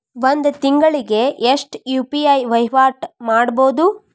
ಒಂದ್ ತಿಂಗಳಿಗೆ ಎಷ್ಟ ಯು.ಪಿ.ಐ ವಹಿವಾಟ ಮಾಡಬೋದು?